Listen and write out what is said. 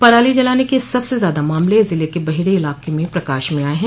पराली जलाने के सबसे ज्यादा मामले ज़िले के बहेड़ी इलाक में प्रकाश में आये हैं